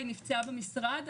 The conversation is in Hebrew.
היא נפצעה במשרד?